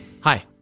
Hi